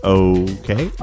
okay